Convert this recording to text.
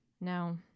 No